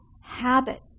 habit